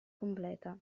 completa